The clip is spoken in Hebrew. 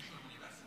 יש להם אוניברסיטה?